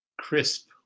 crisp